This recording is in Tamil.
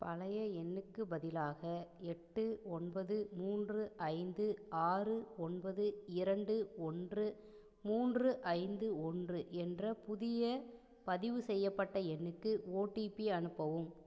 பழைய எண்ணுக்குப் பதிலாக எட்டு ஒன்பது மூன்று ஐந்து ஆறு ஒன்பது இரண்டு ஒன்று மூன்று ஐந்து ஒன்று என்ற புதிய பதிவுசெய்யப்பட்ட எண்ணுக்கு ஓடிபி அனுப்பவும்